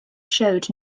showed